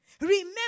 Remember